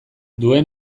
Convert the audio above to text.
duen